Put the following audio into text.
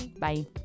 Bye